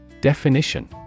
definition